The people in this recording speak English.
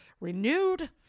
renewed